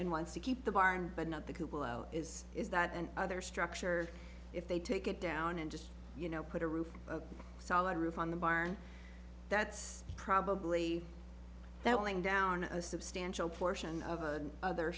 and wants to keep the barn but not the is is that and other structure if they take it down and just you know put a roof a solid roof on the barn that's probably that wing down a substantial portion of other